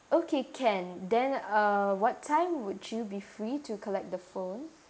okay can then uh what time would you be free to collect the phone